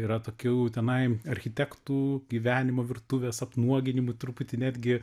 yra tokių tenai architektų gyvenimo virtuvės apnuoginimų truputį netgi